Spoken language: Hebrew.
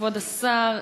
כבוד השר,